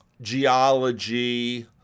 geology